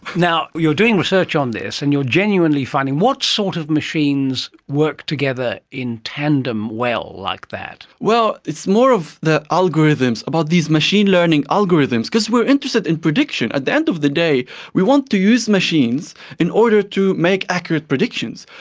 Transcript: now, you are doing research on this and you are genuinely finding, what sort of machines work together in tandem well like that? well, it's more of the algorithms, about these machine learning algorithms, because we are interested in prediction. at the end of the day we want to use machines in order to make accurate predictions.